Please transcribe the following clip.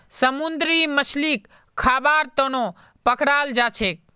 समुंदरी मछलीक खाबार तनौ पकड़ाल जाछेक